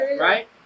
right